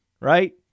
Right